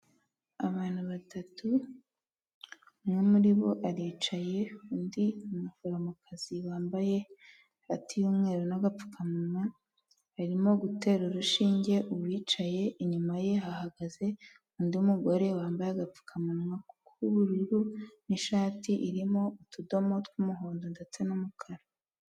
Abantu batatu, umwe muri bo aricaye, undi ni umuforomokazi wambaye ishati y'umweru n'agapfukamunwa arimo gutera urushinge uwicaye, inyuma ye hahagaze undi mugore wambaye agapfukamunwa k'ubururu n'ishati irimo utudomo tw'umuhondo ndetse n'umukara.